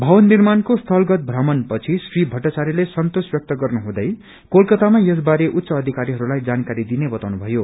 भवन निर्माणको स्थलगत भ्रमण गनेपछि श्री भट्टाच्ययले सन्तोष व्यक्त गर्नु हुँदै कोलकातामा यस बारे उच्च अधिकारीहरूलाई यस बारे जानकारी दिने बाताउनु भयो